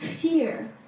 fear